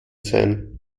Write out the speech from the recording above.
sein